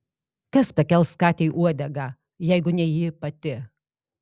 kas pakels katei uodegą jeigu ne ji pati